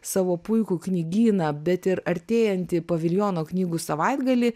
savo puikų knygyną bet ir artėjantį paviljono knygų savaitgalį